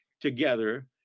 together